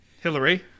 Hillary